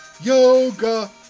yoga